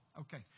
Okay